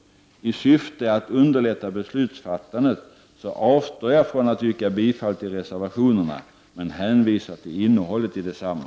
I syfte att underlätta beslutsfattandet avstår jag från att yrka bifall till reservationerna men hänvisar till innehållet i desamma.